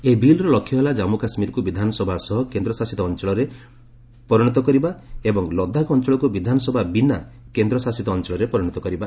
ଏହି ବିଲ୍ର ଲକ୍ଷ୍ୟ ହେଲା ଜାମ୍ମୁ କାଶ୍ମୀରକୁ ବିଧାନସଭା ସହ କେନ୍ଦ୍ରଶାସିତ ଅଞ୍ଚଳରେ ପରିଣତ କରିବା ଏବଂ ଲଦାଖ ଅଞ୍ଚଳକୁ ବିଧାନସଭା ବିନା କେନ୍ଦ୍ରଶାସିତ ଅଞ୍ଚଳରେ ପରିଣତ କରିବା